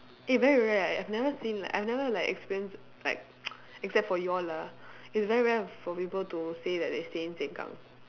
eh very rare eh I have never seen like I have never like experience like except for you all lah it's very rare for people to say that they stay in Sengkang